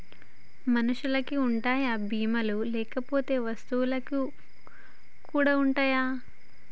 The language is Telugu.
మనుషులకి ఉంటాయా బీమా లు లేకపోతే వస్తువులకు కూడా ఉంటయా?